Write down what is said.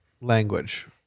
language